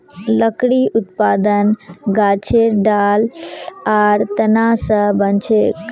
लकड़ी उत्पादन गाछेर ठाल आर तना स बनछेक